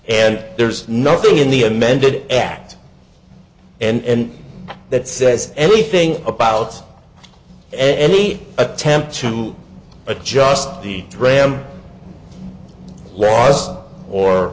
and there's nothing in the amended act and that says anything about any attempt to adjust the dram laws or